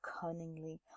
cunningly